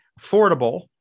affordable